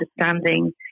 understanding